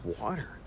water